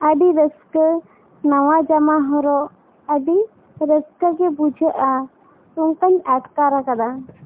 ᱟᱹᱰᱤ ᱨᱟᱹᱥᱠᱟᱹ ᱱᱟᱣᱟ ᱡᱟᱢᱟ ᱦᱚᱨᱚᱜ ᱟᱹᱰᱤ ᱨᱟᱹᱥᱠᱟᱹ ᱜᱮ ᱵᱩᱡᱷᱟᱹᱜᱼᱟ ᱱᱚᱝᱠᱟᱹᱧ ᱟᱴᱠᱟᱨ ᱟᱠᱟᱫᱟ